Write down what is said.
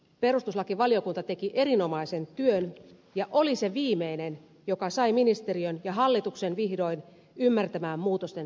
perustuslakivaliokunta teki erinomaisen työn ja oli se viimeinen joka sai ministeriön ja hallituksen vihdoin ymmärtämään muutosten välttämättömyyden